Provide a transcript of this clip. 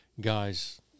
guys